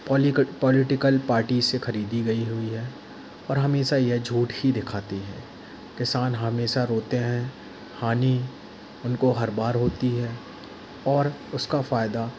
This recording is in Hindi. पॉलिटिकल पार्टी से खरीदी गई हुई है और हमेशा यह झूठ ही दिखाती है किसान हमेशा रोते हैं हानि उनको हर बार होती है और उसका फ़ायदा